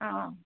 ꯑꯥ ꯑꯥ